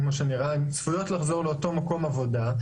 הן צפויות לחזור לאותו מקום עבודה.